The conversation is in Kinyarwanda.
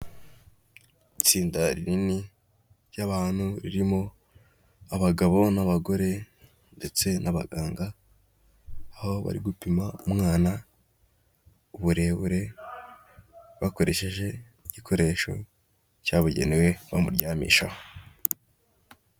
Itsinda rinini ry'abantu, ririmo abagabo n'abagore ndetse n'abaganga, aho bari gupima umwana uburebure, bakoresheje igikoresho cyabugenewe bamuryamishaho.